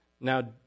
Now